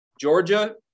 Georgia